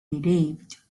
relieved